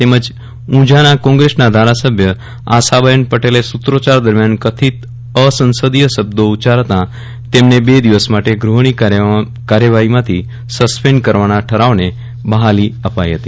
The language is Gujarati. તેમજ ઊંઝાના કોંગ્રેસના ધારાસભ્ય આશાબહેન પટેલે સૂત્રોચ્ચાર દરમિયાન કથિત અસંસદીય શબ્દો ઉચ્ચારતા તેમને બે દિવસ માટે ગ્રહની કાર્યવાહીમાંથી સસ્પેન્ડ કરવાના ઠરાવને બહાલી અપાઈ હતી